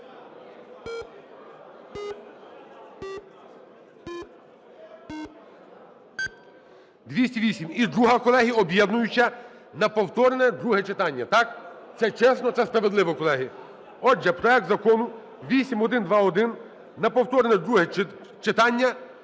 За-208 І друга, колеги, об'єднуюча. На повторне друге читання, так? Це чесно, це справедливо, колеги. Отже, проект Закону 8121 на повторне друге читання